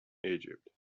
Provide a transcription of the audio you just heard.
egypt